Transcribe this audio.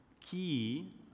key